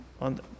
on –